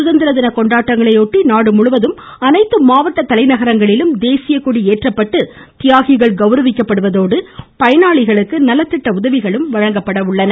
சுதந்திர தின கொண்டாட்டங்களையொட்டி நாடு முழுவதும் அனைத்து மாவட்ட தலைநகரங்களிலும் தேசியக்கொடி ஏற்றப்பட்டு தியாகிகள் கவுரவிக்கப்படுவதோடு பயனாளிகளுக்கு நலத்திட்ட உதவிகளும் வழங்கப்பட உள்ளன